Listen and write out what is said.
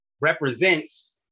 represents